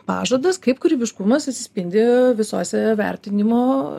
pažadas kaip kūrybiškumas atsispindi visose vertinimo